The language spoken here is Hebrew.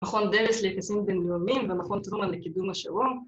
‫מכון דרס להיכנסים בינלאומיים ‫ומכון טרומן לקידום השלום.